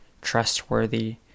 trustworthy